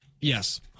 Yes